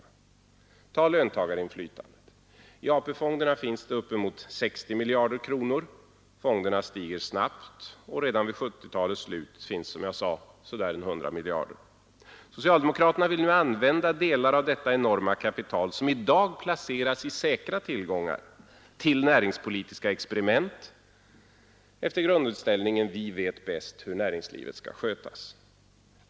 Tag t.ex. löntagarinflytandet. I AP-fonderna finns det i dag upp emot 60 miljarder kronor. Fonderna stiger snabbt. Redan vid 1970-talets slut finns det, som jag sade, omkring 100 miljarder. Socialdemokraterna vill nu använda delar av detta enorma kapital, som i dag placeras i säkra tillgångar, till näringspolitiska experiment efter grundinställningen ”vi vet bäst hur näringslivet skall skötas”.